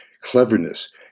cleverness